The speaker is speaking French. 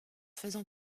faisant